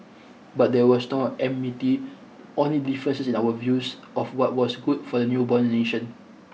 but there was no enmity only differences in our views of what was good for the newborn nation